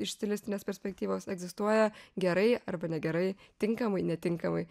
iš stilistinės perspektyvos egzistuoja gerai arba negerai tinkamai netinkamai